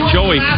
Joey